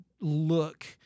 look